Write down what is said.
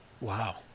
wow